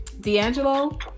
D'Angelo